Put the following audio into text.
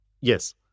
Yes